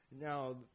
Now